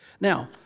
Now